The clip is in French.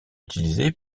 utilisé